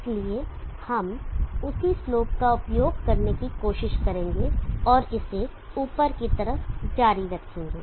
इसलिए हम उसी स्लोप का उपयोग करने की कोशिश करेंगे और इसे ऊपर की तरफ जारी रखेंगे